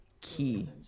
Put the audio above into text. key